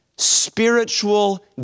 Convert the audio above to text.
Spiritual